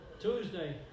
Tuesday